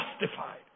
justified